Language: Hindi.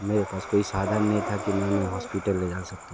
मेरे पास कोई साधन नही था कि मैं उन्हें हॉस्पिटल ले जा सकूँ